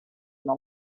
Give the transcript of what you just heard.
med